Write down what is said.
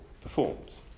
performs